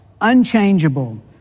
unchangeable